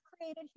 created